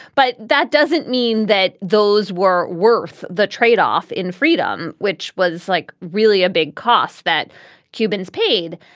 but that doesn't mean that those were worth the tradeoff in freedom, which was like really a big cost that cubans paid.